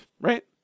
right